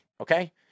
okay